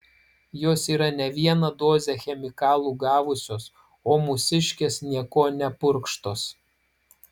jos yra ne vieną dozę chemikalų gavusios o mūsiškės niekuo nepurkštos